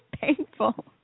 painful